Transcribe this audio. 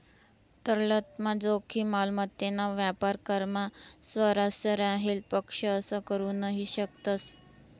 तरलता जोखीम, मालमत्तेना व्यापार करामा स्वारस्य राहेल पक्ष असा करू नही शकतस